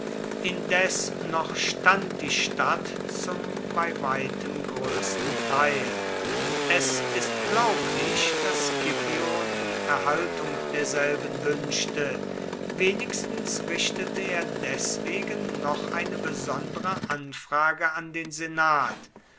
indes noch stand die stadt zum bei weitem größten teil es ist glaublich daß scipio die erhaltung derselben wünschte wenigstens richtete er deswegen noch eine besondere anfrage an den senat